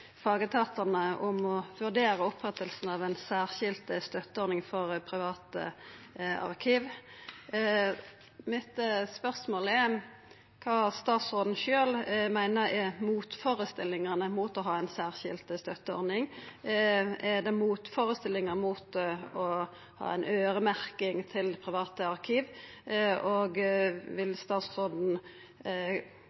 fagetatane om å vurdera opprettinga av ei særskilt støtteordning for private arkiv. Spørsmålet mitt er kva statsråden sjølv meiner er motførestillingane mot å ha ei særskilt støtteordning. Er det motførestillingar mot å ha øyremerking til private arkiv? Og kan statsråden forklara korleis ein elles vil